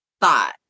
thought